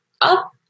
up